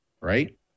right